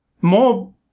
More